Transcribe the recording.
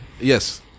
Yes